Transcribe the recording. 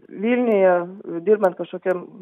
vilniuje dirbant kažkokiam